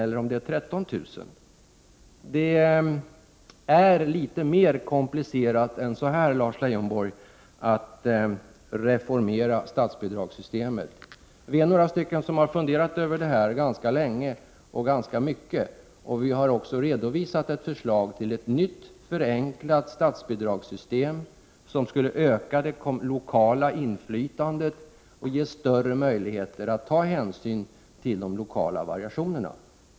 eller 13 000 kr.? Det är litet mer komplicerat än så, Lars Leijonborg, att reformera statsbidragssystemet. Vi är några stycken som funderat över det här ganska länge och ganska mycket. Vi har också redovisat ett förslag till ett nytt, förenklat statsbidragssystem som skulle öka det lokala inflytandet och ge större möjligheter att ta hänsyn till de lokala variationerna.